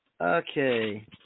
okay